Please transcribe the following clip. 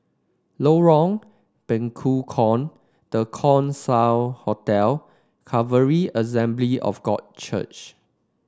Lorong Bekukong The Keong Saik Hotel Calvary Assembly of God Church